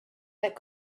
that